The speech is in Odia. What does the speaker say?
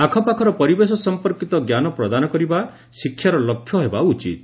ଆଖପାଖର ପରିବେଶ ସମ୍ପର୍କିତ ଜ୍ଞାନ ପ୍ରଦାନ କରିବା ଶିକ୍ଷାର ଲକ୍ଷ୍ୟ ହେବା ଉଚିତ୍